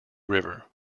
river